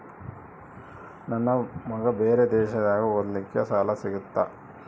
ನನ್ನ ಮಗ ಬೇರೆ ದೇಶದಾಗ ಓದಲಿಕ್ಕೆ ಸಾಲ ಸಿಗುತ್ತಾ?